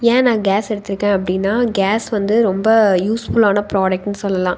ஏன் நான் கேஸ் எடுத்திருக்கேன் அப்படின்னா கேஸ் வந்து ரொம்ப யூஸ்ஃபுல்லான ப்ராடக்டுன்னு சொல்லலாம்